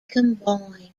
combined